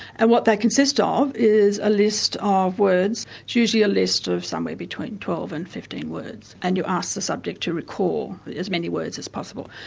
and what they consist ah of is a list of words, it's usually a list of somewhere between twelve and fifteen words and you ask the subject to recall as many words as possible.